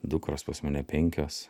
dukros pas mane penkios